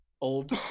old